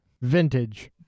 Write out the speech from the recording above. Vintage